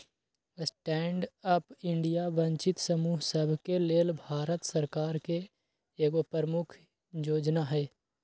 stand up India वंचित समूह सभके लेल भारत सरकार के एगो प्रमुख जोजना हइ